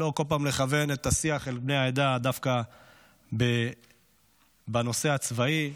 ולא כל פעם לכוון את השיח על בני העדה דווקא לנושא הצבאי.